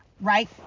right